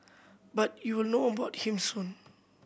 but you will know about him soon